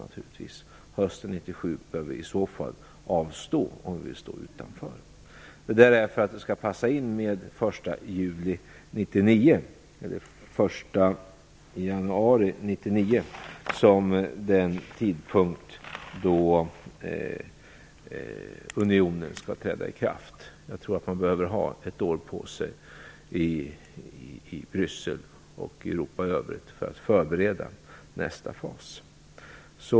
Hösten 1997 bör vi avstå, om vi vill stå utanför; detta för att det skall passa in med den 1 januari 1999, som är den tidpunkt då unionen skall träda i kraft. Jag tror att man behöver ha ett år på sig i Bryssel och i Europa i övrigt för att förbereda nästa fas.